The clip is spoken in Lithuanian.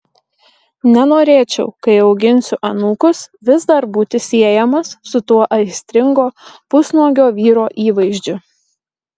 nenorėčiau kai auginsiu anūkus vis dar būti siejamas su tuo aistringo pusnuogio vyro įvaizdžiu